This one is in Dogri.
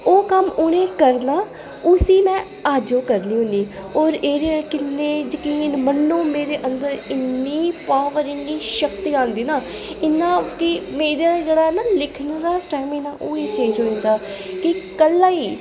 ओह् कम्म उ'नें करना उसी मे अज्ज में करनी होन्नी होर एह्दे कन्ने जकीन मन्नो मेरे अंदर इन्नी पॉवर इन्नी शक्ति औंदी ना इन्ना कि मेरा जेह्ड़ा ऐ ना लिखने दा स्टैमिना ओह् चेंज होई जंदा कि कल्ला ई